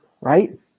right